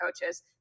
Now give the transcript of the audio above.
coaches